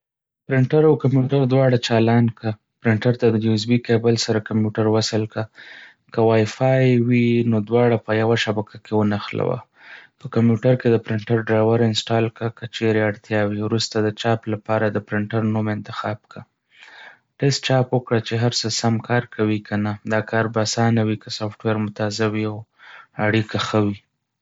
پرنټر او کمپیوټر دواړه چالان کړه. پرنټر ته د USB کیبل سره کمپیوټر وصل کړه، که وای فای وي نو دواړه په یوه شبکه کې ونښلوله. په کمپیوټر کې د پرنټر ډرایور انسټال کړه که چېرې اړتیا وي. وروسته د چاپ لپاره د پرنټر نوم انتخاب کړه. ټیسټ چاپ وکړه چې هر څه سم کار کوي که نه. دا کار به آسانه وي که سافټویر مو تازه وي او اړیکه ښه وي.